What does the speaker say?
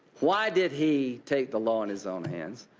why did he take the law in his own hands?